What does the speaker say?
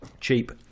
Cheap